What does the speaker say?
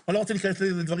אני לא רוצה להיכנס לדברים.